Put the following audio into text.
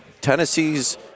Tennessee's